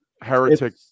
Heretic